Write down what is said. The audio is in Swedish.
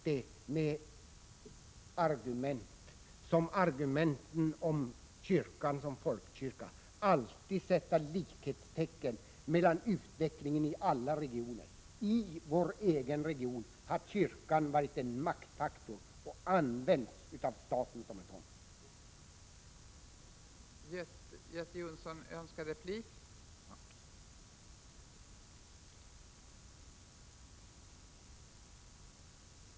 Det är ostridigt att man inte kan sätta likhetstecken mellan utvecklingarna ialla regioner när det gäller folkkyrkan. I min hemregion har kyrkan varit en maktfaktor och använts av staten som en sådan.